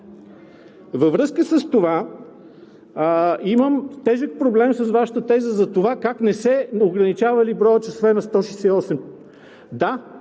Във връзка с това имам тежък проблем с Вашата теза за това как не се ограничавали броят часове на 168.